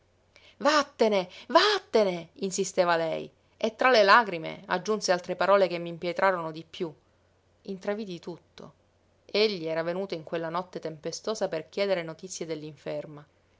vattene vattene insisteva lei e tra le lagrime aggiunse altre parole che m'impietrarono di piú intravidi tutto egli era venuto in quella notte tempestosa per chiedere notizie